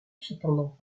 cependant